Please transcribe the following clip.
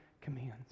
commands